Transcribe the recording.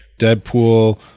Deadpool